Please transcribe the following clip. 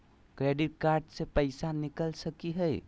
Credit card से पैसा निकल सकी हय?